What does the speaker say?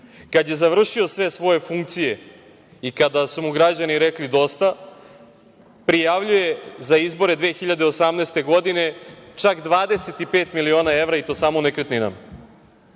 kad je završio sve svoje funkcije i kada su mu građani rekli dosta, prijavljuje za izbore 2018. godine čak 25 miliona evra i to samo u nekretninama. Ovde